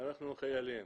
אנחנו חיילים.